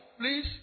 please